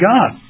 God